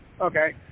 Okay